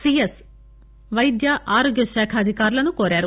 yes వైద్య ఆరోగ్యశాఖ అధికారులను కోరారు